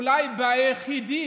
אולי באדם היחיד,